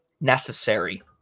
necessary